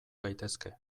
gaitezke